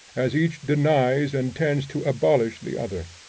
as each denies and tends to abolish the other.